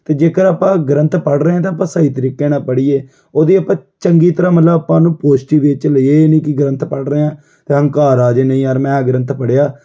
ਅਤੇ ਜੇਕਰ ਆਪਾਂ ਗ੍ਰੰਥ ਪੜ੍ਹ ਰਹੇ ਹਾਂ ਤਾਂ ਆਪਾਂ ਸਹੀ ਤਰੀਕੇ ਨਾਲ ਪੜ੍ਹੀਏ ਉਹਦੀ ਆਪਾਂ ਚੰਗੀ ਤਰ੍ਹਾਂ ਮਤਲਬ ਆਪਾਂ ਉਹਨੂੰ ਪੋਜਟਿਵ ਵਿੱਚ ਲਈਏ ਇਹ ਨਹੀਂ ਕਿ ਗ੍ਰੰਥ ਪੜ੍ਹ ਰਹੇ ਹਾਂ ਅਤੇ ਹੰਕਾਰ ਆ ਜਾਵੇ ਨਹੀਂ ਯਾਰ ਮੈਂ ਆਹ ਗ੍ਰੰਥ ਪੜ੍ਹਿਆ